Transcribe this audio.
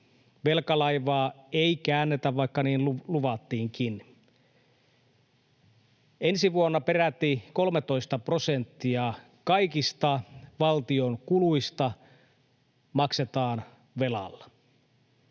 Velkalaivaa ei käännetä, vaikka niin luvattiinkin. Ensi vuonna peräti 13 prosenttia kaikista valtion kuluista maksetaan velalla.